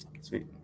Sweet